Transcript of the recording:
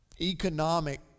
economic